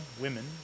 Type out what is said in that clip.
women